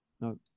No